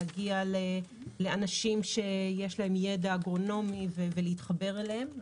להגיע לאנשים שיש להם ידע אגרונומי ולהתחבר אליהם.